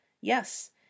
Yes